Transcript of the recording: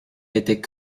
était